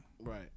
Right